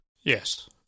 Yes